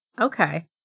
Okay